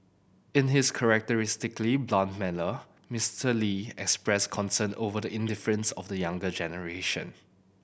in his characteristically blunt manner Mister Lee expressed concern over the indifference of the younger generation